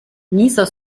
nieser